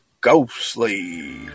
Ghostly